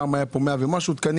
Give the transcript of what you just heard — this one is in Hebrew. פעם הגיעו לכאן מאה ומשהו תקנים.